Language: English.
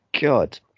God